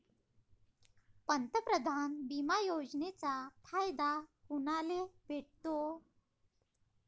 पंतप्रधान बिमा योजनेचा फायदा कुनाले भेटतो?